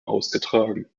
ausgetragen